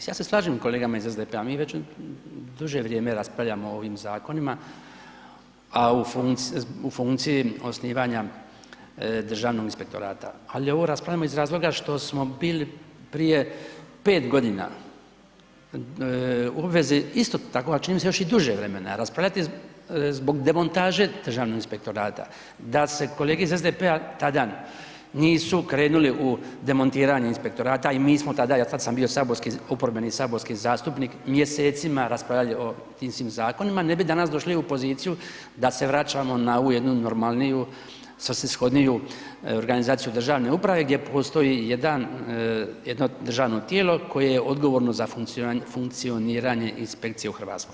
Sad se slažem s kolegama iz SDP-a, mi već duže vrijeme raspravljamo o ovim zakonima, a u funkciji osnivanja Državnog inspektorata, ali ovo raspravljamo iz razloga što smo bili prije 5 godina u obvezi isto tako, čini mi se još i duže vremena raspravljati zbog demontaže Državnog inspektorata, da se kolege iz SDP-a tada nisu krenuli u demontiranje inspektorata i mi smo tada, ja tad sam bio saborski, oporbeni saborski zastupnik mjesecima raspravljao o tim svim zakonima, ne bi danas došli u poziciju da se vraćamo na ovu jednu normalniju, svrsishodniju organizaciju državne uprave gdje postoji jedan, jedno državno tijelo koje je odgovorno za funkcioniranje inspekcije u Hrvatskoj.